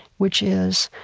which is,